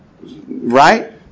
Right